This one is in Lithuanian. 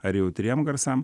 ar jautriem garsam